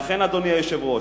אדוני היושב-ראש,